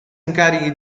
incarichi